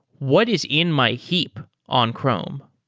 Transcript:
what is in my heap on chrome?